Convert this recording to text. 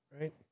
right